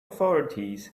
authorities